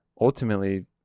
Ultimately